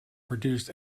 produced